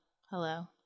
hello